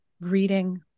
reading